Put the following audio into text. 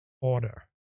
order